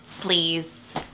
Please